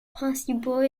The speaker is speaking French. principaux